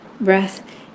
breath